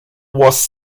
was